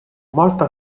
molto